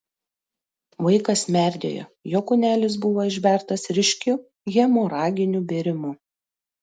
vaikas merdėjo jo kūnelis buvo išbertas ryškiu hemoraginiu bėrimu